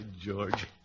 George